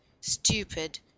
stupid